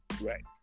right